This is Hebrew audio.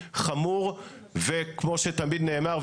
חמור וכמו שתמיד נאמר,